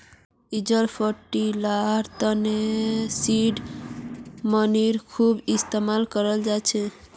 angel फंडिंगर तने seed मनीर खूब इस्तमाल कराल जा छेक